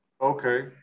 okay